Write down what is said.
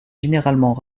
généralement